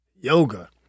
yoga